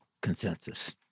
consensus